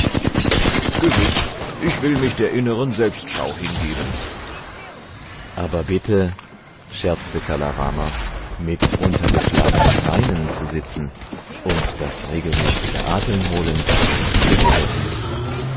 gewiß ich will mich der inneren selbstschau hingeben aber bitte scherzte kala rama mit untergeschlagenen beinen zu sitzen und das regelmäßige atemholen nicht zu vergessen